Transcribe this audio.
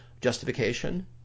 justification